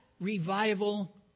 revival